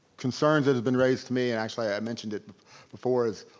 concerns that has been raised to me, and actually i mentioned it before is,